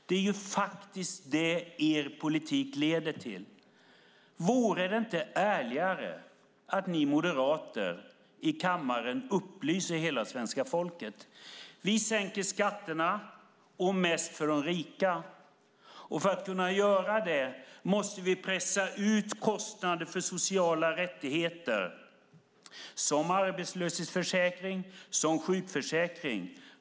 Det är det er politik leder till. Vore det inte ärligare att ni moderater i kammaren upplyser hela svenska folket? Säg: Vi sänker skatterna, mest för de rika! För att kunna göra det måste vi pressa ut kostnader för sociala rättigheter som arbetslöshetsförsäkring och sjukförsäkring.